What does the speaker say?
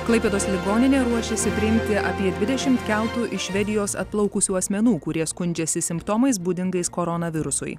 klaipėdos ligoninė ruošiasi priimti apie dvidešimt keltu iš švedijos atplaukusių asmenų kurie skundžiasi simptomais būdingais koronavirusui